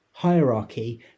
hierarchy